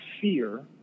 fear –